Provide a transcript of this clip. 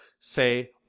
say